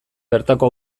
bertako